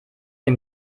dem